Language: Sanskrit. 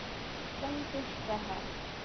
सन्तुष्टः